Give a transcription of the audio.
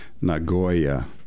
Nagoya